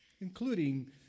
including